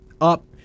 up